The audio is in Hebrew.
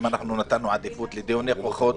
אם נתנו עדיפות לדיוני הוכחות,